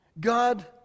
God